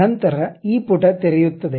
ನಂತರ ಈ ಪುಟ ತೆರೆಯುತ್ತದೆ